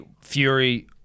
Fury